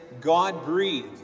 God-breathed